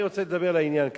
אני רוצה לדבר לעניין כרגע.